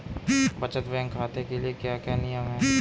बचत बैंक खाते के क्या क्या नियम हैं?